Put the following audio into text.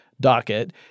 docket